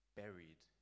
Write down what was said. buried